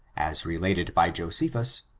as related by josephus,